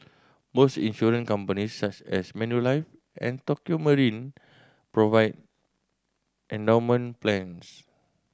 most insurance companies such as Manulife and Tokio Marine provide endowment plans